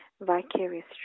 vicarious